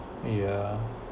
yeah